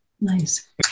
nice